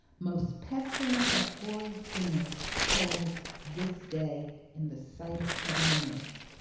most pestilent of hoary sinners, holds this day in the sight of heaven and earth.